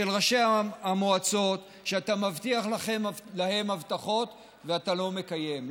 של ראשי המועצות שאתה מבטיח להם הבטחות ואתה לא מקיים?